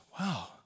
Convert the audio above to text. wow